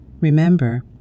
Remember